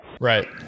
Right